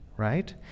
right